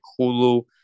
Hulu